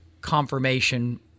confirmation